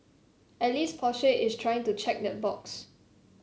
at least Porsche is trying to check that box